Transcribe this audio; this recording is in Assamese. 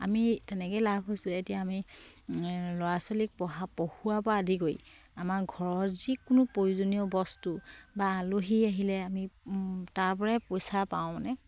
আমি তেনেকেই লাভ হৈছোঁ এতিয়া আমি ল'ৰা ছোৱালীক পঢ়া পঢ়োৱাৰ পৰা আদি কৰি আমাৰ ঘৰৰ যিকোনো প্ৰয়োজনীয় বস্তু বা আলহী আহিলে আমি তাৰ পৰাই পইচা পাওঁ মানে